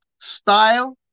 style